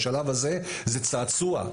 בשלב הזה זה צעצוע,